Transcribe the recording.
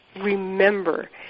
remember